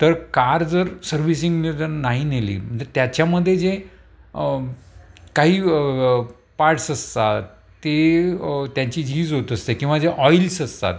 तर कार जर सर्विसिंग नाही नेली म्हणजे त्याच्यामदे जे काही पार्ट्स असतात ते त्यांची जीज होत असते किंवा जे ऑइल्स असतात